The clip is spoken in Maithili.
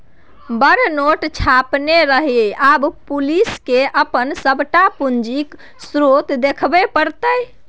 बड़ नोट छापने रहय आब पुलिसकेँ अपन सभटा पूंजीक स्रोत देखाबे पड़तै